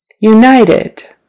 United